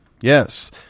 yes